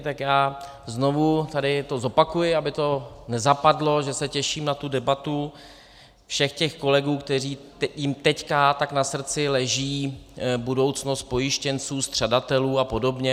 Tak já znovu tady to zopakuji, aby to nezapadlo, že se těším na debatu všech těch kolegů, kterým teď tak na srdci leží budoucnost pojištěnců, střadatelů a podobně.